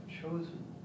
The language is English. chosen